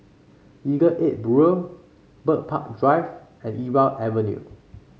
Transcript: Legal Aid Bureau Bird Park Drive and Irau Avenue